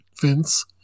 Vince